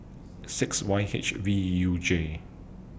six Y H V U J